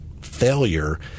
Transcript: failure